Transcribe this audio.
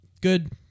Good